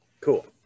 cool